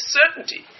certainty